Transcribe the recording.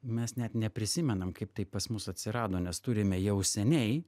mes net neprisimenam kaip tai pas mus atsirado nes turime jau seniai